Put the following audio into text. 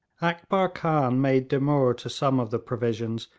akbar khan made demur to some of the provisions,